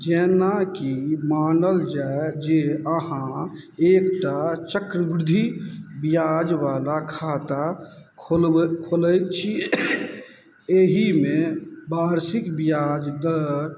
जेनाकि मानल जाए जे अहाँ एकटा चक्रवृद्धि बिआजवला खाता खोलबै खोलै छी एहिमे वार्षिक बिआज दर